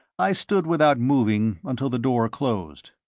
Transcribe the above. i stood without moving until the door closed.